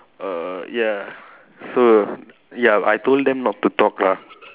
uh ya so ya I told them not to talk lah